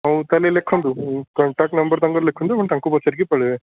ହଉ ତା'ହେଲେ ଲେଖନ୍ତୁ କଣ୍ଟାକ୍ଟ୍ ନମ୍ବର୍ ତାଙ୍କର ଲେଖନ୍ତୁ ତାଙ୍କୁ ପଚାରିକି ପଳେଇବେ